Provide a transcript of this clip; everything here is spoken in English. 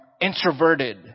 introverted